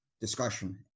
discussion